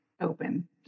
open